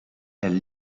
elles